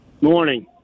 Morning